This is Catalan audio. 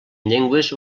llengües